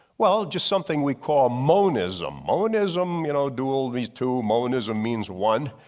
well, just something we call monism. monism you know, duo means two, monism means one.